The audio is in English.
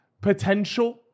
potential